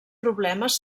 problemes